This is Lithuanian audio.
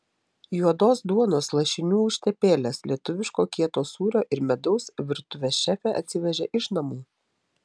juodos duonos lašinių užtepėlės lietuviško kieto sūrio ir medaus virtuvės šefė atsivežė iš namų